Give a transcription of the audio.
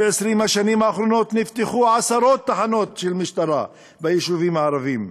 ב-20 השנים האחרונות נפתחו עשרות תחנות משטרה ביישובים הערביים.